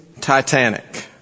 Titanic